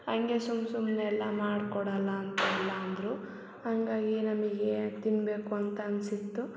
ಹಂಗೆ ಸುಮ್ ಸುಮ್ನೆ ಎಲ್ಲ ಮಾಡ್ಕೊಡಲ್ಲ ಅಂತೆಲ್ಲ ಅಂದರು ಹಾಗಾಗಿ ನಮಗೆ ತಿನ್ನಬೇಕು ಅಂತ ಅನ್ಸಿತ್ತು